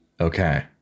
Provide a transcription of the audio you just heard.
Okay